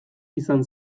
izan